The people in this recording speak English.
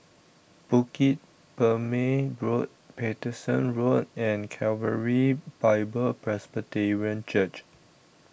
Bukit Purmei Road Paterson Road and Calvary Bible Presbyterian Church